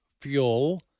fuel